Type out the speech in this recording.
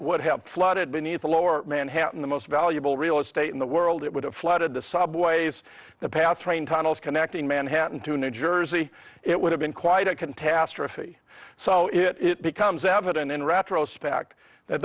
would have flooded beneath the lower manhattan the most valuable real estate in the world it would have flooded the subways the path train tunnels connecting manhattan to new jersey it would have been quite a contest or iffy so it it becomes evident in retrospect that